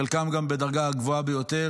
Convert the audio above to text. חלקם גם בדרגה הגבוהה ביותר,